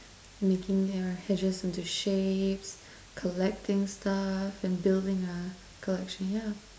making your hedges into shapes collecting stuff and building a collection yeah